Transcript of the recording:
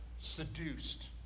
seduced